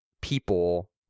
people